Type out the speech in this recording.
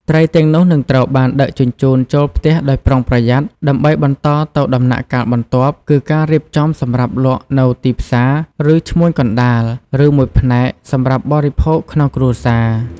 ត្រីទាំងនោះនឹងត្រូវបានដឹកជញ្ជូនចូលផ្ទះដោយប្រុងប្រយ័ត្ន ដើម្បីបន្តទៅដំណាក់កាលបន្ទាប់ គឺការរៀបចំសម្រាប់លក់នៅទីផ្សារឬឈ្មួញកណ្តាល ឬមួយផ្នែកសម្រាប់បរិភោគក្នុងគ្រួសារ។